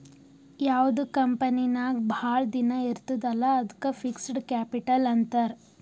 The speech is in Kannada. ಯಾವ್ದು ಕಂಪನಿ ನಾಗ್ ಭಾಳ ದಿನ ಇರ್ತುದ್ ಅಲ್ಲಾ ಅದ್ದುಕ್ ಫಿಕ್ಸಡ್ ಕ್ಯಾಪಿಟಲ್ ಅಂತಾರ್